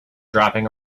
dropping